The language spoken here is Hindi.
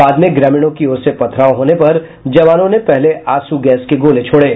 बाद में ग्रामीणों की ओर से पथराव होने पर जवानों ने पहले आंसू गैस छोड़े